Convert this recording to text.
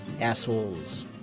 assholes